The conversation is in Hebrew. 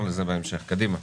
ובהמשך נחזור לזה.